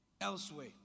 Elsewhere